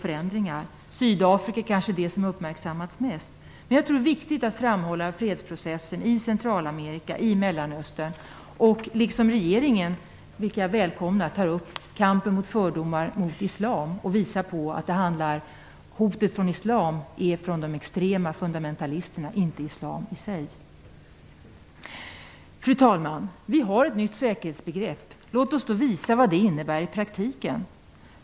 Händelseutvecklingen i Sydafrika har kanske uppmärksammats mest. Men jag tror att det är viktigt att framhålla fredsprocessen i Centralamerika och Mellanöstern. Vi bör liksom regeringen ta upp kampen mot fördomar mot islam. Jag välkomnar detta initiativ. Man visar att hotet från islam kommer från de extrema fundamentalisterna och inte från islam i sig. Fru talman! Vi har ett nytt säkerhetsbegrepp. Låt oss visa vad det innebär i praktiken.